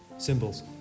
Symbols